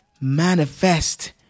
manifest